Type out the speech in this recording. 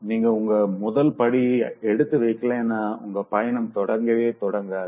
நீங்க உங்க முதல் அடியை எடுத்து வைக்கலேனா உங்க பயணம் தொடங்கவே தொடங்காது